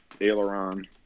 aileron